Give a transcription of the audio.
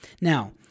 Now